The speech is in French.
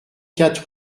quatre